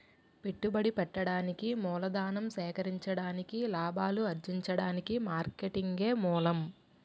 పెట్టుబడి పెట్టడానికి మూలధనం సేకరించడానికి లాభాలు అర్జించడానికి మార్కెటింగే మూలం